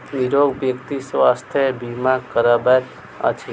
निरोग व्यक्ति स्वास्थ्य बीमा करबैत अछि